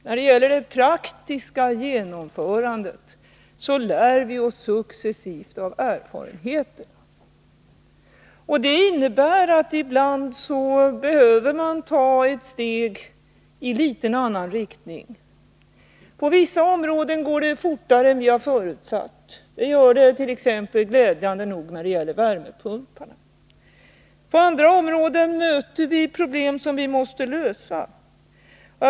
När det gäller det praktiska genomförandet, lär vi oss successivt av erfarenheten. Det innebär att ibland behöver man ta ett steg i en litet annan riktning. På vissa områden går det fortare än vad vi har förutsagt. Det gör det t.ex. glädjande nog när det gäller värmepumpar. På andra områden möter vi problem som vi måste lösa.